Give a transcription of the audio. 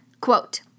Quote